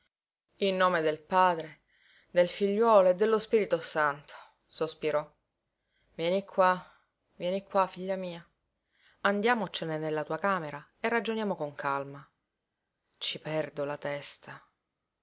in nome del padre del figliuolo e dello spirito santo sospirò vieni qua vieni qua figlia mia andiamocene nella tua camera e ragioniamo con calma ci perdo la testa